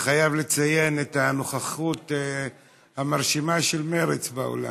אני חייב לציין את הנוכחות המרשימה של מרצ באולם.